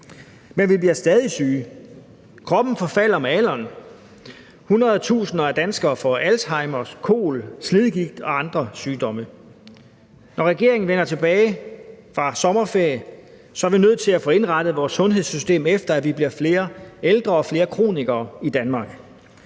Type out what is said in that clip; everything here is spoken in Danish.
Men vi bliver stadig syge. Kroppen forfalder med alderen, hundredtusinder af danskere får Alzheimer, kol, slidgigt og andre sygdomme. Når regeringen vender tilbage fra sommerferie, er vi nødt til at få indrettet vores sundhedssystem efter, at vi bliver flere ældre og flere kronikere i Danmark.